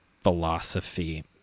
philosophy